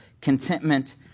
contentment